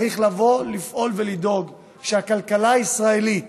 צריך לפעול ולדאוג שהכלכלה הישראלית